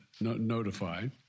notified